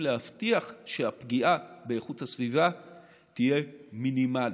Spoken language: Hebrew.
להבטיח שהפגיעה באיכות הסביבה תהיה מינימלית.